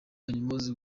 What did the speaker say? kanyomozi